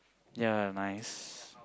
ya nice